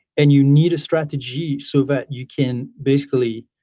and you need a strategy so that you can basically